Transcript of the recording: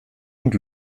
und